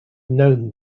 known